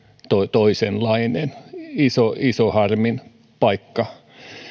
toisenlainen iso iso harmin paikka